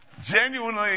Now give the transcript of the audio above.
Genuinely